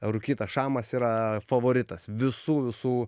rūkytas šamas yra favoritas visų visų